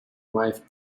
wife